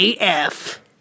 AF